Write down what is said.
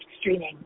streaming